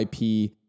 IP